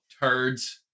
Turds